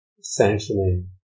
sanctioning